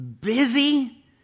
busy